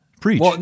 Preach